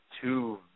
two